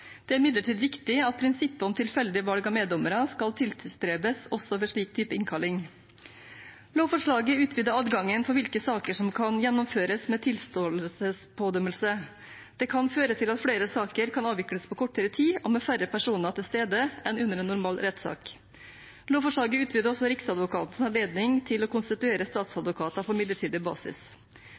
skal tilstrebes også ved en slik type innkalling. Lovforslaget utvider adgangen for hvilke saker som kan gjennomføres med tilståelsespådømmelse. Det kan føre til at flere saker kan avvikles på kortere tid og med færre personer til stede enn under en normal rettssak. Lovforslaget utvider også Riksadvokatens anledning til å konstituere statsadvokater på midlertidig basis.